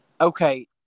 Okay